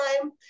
time